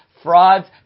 Frauds